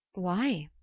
why?